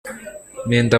ntinda